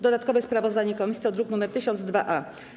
Dodatkowe sprawozdanie komisji to druk nr 1002-A.